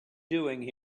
doing